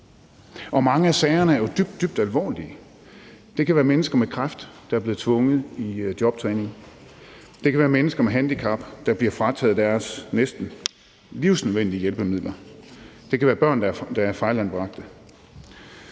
Og mange af sagerne er jo dybt, dybt alvorlige. Det kan være mennesker med kræft, der er blevet tvunget i jobtræning. Det kan være mennesker med handicap, der er blevet frataget deres næsten livsnødvendige hjælpemidler. Det kan være børn, der er blevet fejlanbragt.